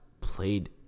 Played